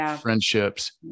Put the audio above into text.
friendships